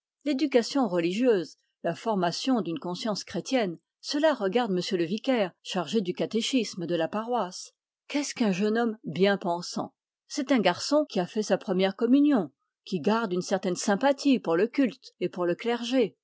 l'éducation religieuse la formation d'une conscience chrétienne cela regarde monsieur le vicaire chargé du catéchisme de la paroisse qu'est-ce qu'un jeune homme bien pensant c'est un garçon qui a fait sa première communion qui garde une certaine sympathie pour le culte et pour le clergé